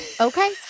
Okay